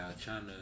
China